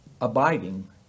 abiding